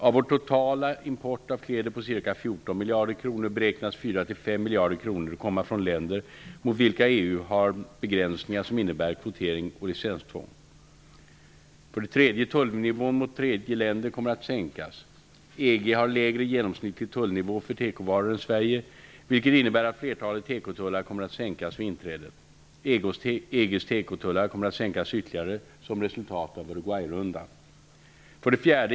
Av vår totala import av kläder på ca 14 miljarder kronor beräknas 4--5 miljarder kronor komma från länder mot vilka EG har begränsningar som innebär kvotering och licenstvång. 3. Tullnivån mot tredje länder kommer att sänkas. EG har lägre genomsnittlig tullnivå för tekovaror än Sverige, vilket innebär att flertalet tekotullar kommer att sänkas vid inträdet. EG:s tekotullar kommer att sänkas ytterligare som resultat av 4.